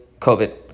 COVID